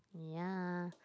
ya